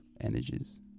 energies